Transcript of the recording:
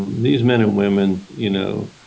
these men and women, you know,